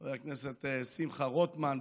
חבר הכנסת שמחה רוטמן,